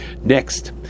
Next